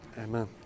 Amen